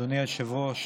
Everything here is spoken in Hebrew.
אדוני היושב-ראש.